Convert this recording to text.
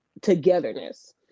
togetherness